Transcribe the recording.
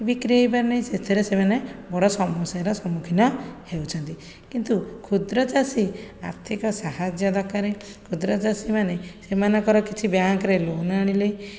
ବିକ୍ରି ହେଇପାରୁନାହିଁ ସେଥିରେ ସେମାନେ ବଡ଼ ସମସ୍ୟାର ସମ୍ମୁଖୀନ ହେଉଛନ୍ତି କିନ୍ତୁ ଖୁଦ୍ର ଚାଷୀ ଆର୍ଥିକ ସାହାଯ୍ୟ ଦରକାର ଖୁଦ୍ର ଚାଷୀମାନେ ସେମାନଙ୍କର କିଛି ବ୍ୟାଙ୍କରେ ଲୋନ୍ ଆଣିଲେ